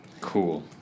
Cool